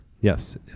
Yes